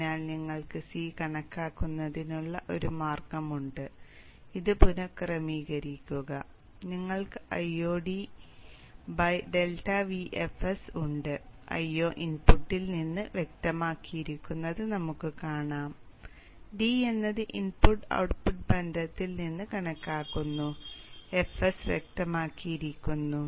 അതിനാൽ നിങ്ങൾക്ക് C കണക്കാക്കുന്നതിനുള്ള ഒരു മാർഗമുണ്ട് ഇത് പുനഃക്രമീകരിക്കുക നിങ്ങൾക്ക് Iod ∆Vfs ഉണ്ട് Io ഇൻപുട്ടിൽ നിന്ന് വ്യക്തമാക്കിയിരിക്കുന്നത് നമുക്ക് കാണാം d എന്നത് ഇൻപുട്ട് ഔട്ട്പുട്ട് ബന്ധത്തിൽ നിന്ന് കണക്കാക്കുന്നു fs വ്യക്തമാക്കിയിരിക്കുന്നു